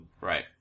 Right